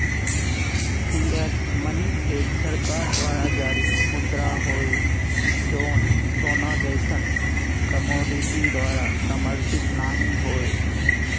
fiat money एक सरकार द्वारा जारी मुद्रा हौ जौन सोना जइसन कमोडिटी द्वारा समर्थित नाहीं हौ